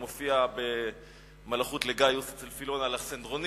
זה מופיע ב"המלאכות אל גאיוס" אצל פילון האלכסנדרוני,